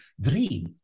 dream